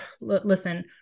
Listen